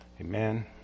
Amen